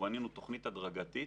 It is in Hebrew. בנינו תוכנית הדרגתית.